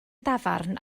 dafarn